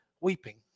Weeping